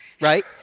right